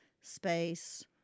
space